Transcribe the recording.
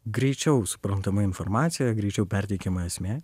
greičiau suprantama informacija greičiau perteikimą esmė